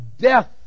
death